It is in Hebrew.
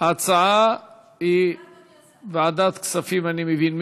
ההצעה היא ועדת כספים, אני מבין.